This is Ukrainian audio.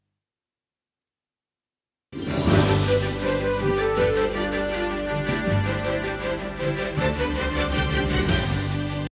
Дякую.